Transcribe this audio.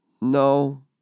No